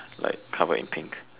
like covered in pink